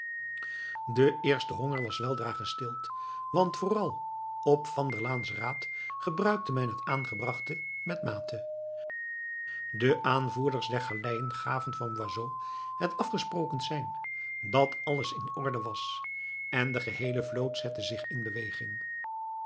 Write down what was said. de eerste honger was weldra gestild want vooral op van der laans raad gebruikte men het aangebrachte met mate de aanvoerders der galeien gaven van boisot het afgesproken sein dat alles in orde was en de geheele vloot zette zich in beweging